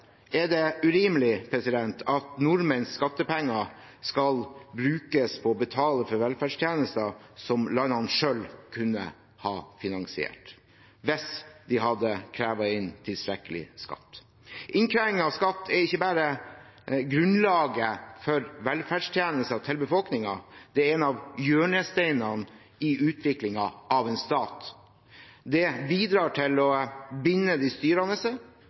er det urimelig at nordmenns skattepenger skal brukes på å betale til velferdstjenester som landene selv kunne ha finansiert – hvis de hadde krevd inn tilstrekkelig skatt. Innkreving av skatt er ikke bare grunnlaget for velferdstjenester til befolkningen, det er en av hjørnesteinene i utviklingen av en stat. Det bidrar til å binde de styrende